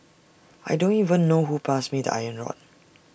I don't even know who passed me the iron rod